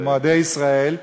מועדי ישראל.